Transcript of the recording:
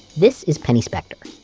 this is penny speckter.